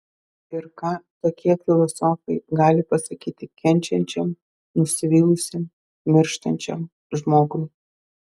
ir ką tokie filosofai gali pasakyti kenčiančiam nusivylusiam mirštančiam žmogui